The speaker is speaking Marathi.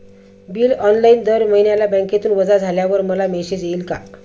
बिल ऑनलाइन दर महिन्याला बँकेतून वजा झाल्यावर मला मेसेज येईल का?